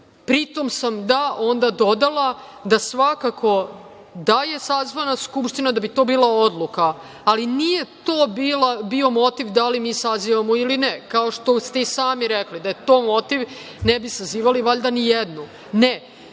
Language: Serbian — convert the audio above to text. pri tom sa ja onda dodala da svakako da je sazvana Skupština, da bi to bila odluka. Ali, nije to bio motiv da li mi sazivamo ili ne. Kao što ste i sami rekli, da je to motiv ne bi sazivali, valjda, ni jednu. Ne,